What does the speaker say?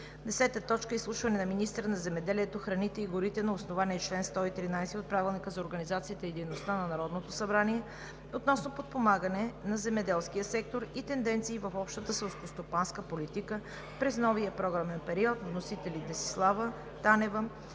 2019 г. 10. Изслушване на министъра на земеделието, храните и горите на основание чл. 113 от Правилника за организацията и дейността на Народното събрание относно подпомагане на земеделския сектор и тенденции в общата селскостопанска политика през новия програмен период. Вносител е Десислава Танева